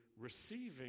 receiving